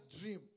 dream